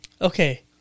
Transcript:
Okay